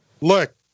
Look